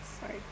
sorry